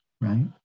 right